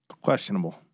Questionable